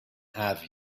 have